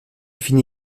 finit